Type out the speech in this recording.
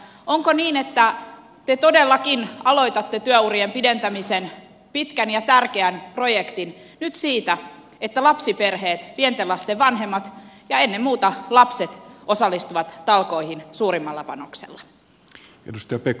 onko niin että te todellakin aloitatte työurien pidentämisen pitkän ja tärkeän projektin nyt siitä että lapsiperheet pienten lasten vanhemmat ja ennen muuta lapset osallistuvat talkoisiin suurimmalla panoksella